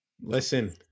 Listen